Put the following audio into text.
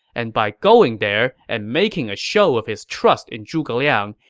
and by going there and making a show of his trust in zhuge liang,